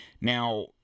Now